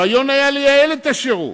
הרעיון היה לייעל את השירות.